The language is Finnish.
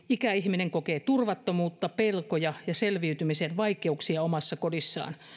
ikäihminen esimerkiksi kokee turvattomuutta pelkoja ja selviytymisen vaikeuksia omassa kodissaan